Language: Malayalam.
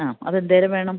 ആ അത് എന്തോരം വേണം